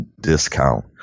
discount